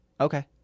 Okay